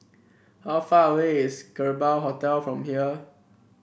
how far away is Kerbau Hotel from here